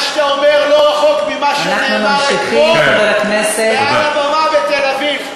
מה שאתה אומר לא רחוק ממה שנאמר אתמול מעל הבמה בתל-אביב.